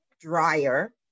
dryer